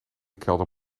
kelder